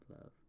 love